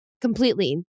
completely